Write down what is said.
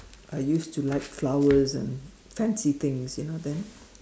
I used to like flowers and fancy things you know then